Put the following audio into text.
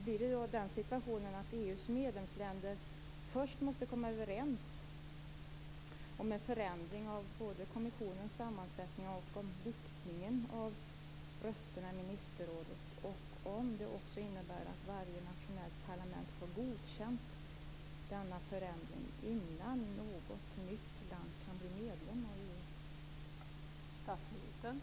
Blir då situationen den att EU:s medlemsländer först måste komma överens om en förändring av både kommissionens sammansättning och viktningen av rösterna i ministerrådet? Innebär det också att varje nationellt parlament skall ha godkänt denna förändring innan något nytt land kan bli medlem av EU?